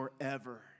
forever